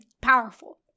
powerful